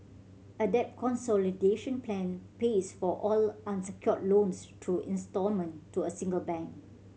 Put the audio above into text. a debt consolidation plan pays for all unsecured loans through instalment to a single bank